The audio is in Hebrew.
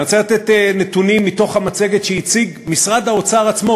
אני רוצה לתת נתונים מתוך המצגת שהציג משרד האוצר עצמו.